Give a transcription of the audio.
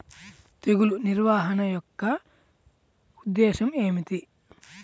తెగులు నిర్వహణ యొక్క ఉద్దేశం ఏమిటి?